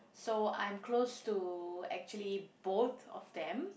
so I'm close to actually both of them